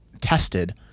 tested